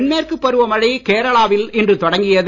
தென்மேற்கு பருவமழை கேரளாவில் இன்று தொடங்கியது